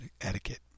etiquette